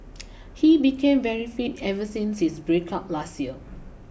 he became very fit ever since his break up last year